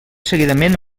seguidament